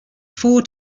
four